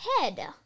head